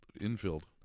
infield